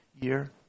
year